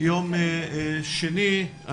יום שני,